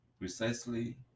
Precisely